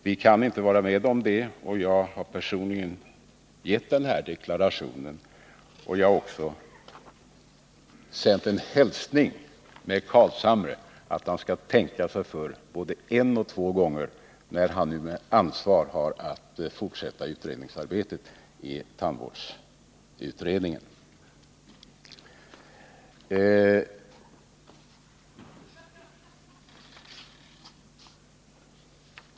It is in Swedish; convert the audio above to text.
Vi kan inte vara med om detta. Jag har personligen lämnat den här deklarationen och också sänt en hälsning med herr Carlshamre att han skall tänka sig för både en och två gånger, när han fortsätter det ansvarsfulla arbetet i tandvårdsutredningen.